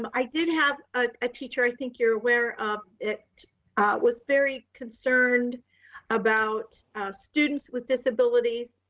um i did have a teacher. i think you're aware of it was very concerned about students with disabilities,